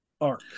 arc